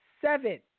seven